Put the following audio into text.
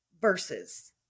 verses